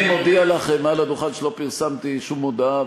אני מודיע לך מעל הדוכן שלא פרסמתי שום מודעה,